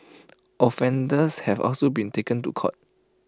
offenders have also been taken to court